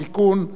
לחיילים,